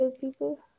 people